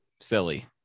silly